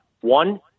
One